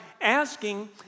asking